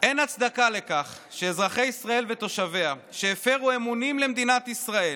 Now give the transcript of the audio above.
אין הצדקה לכך שאזרחי ישראל ותושביה שהפרו אמונים למדינת ישראל